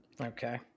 Okay